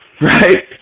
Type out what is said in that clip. right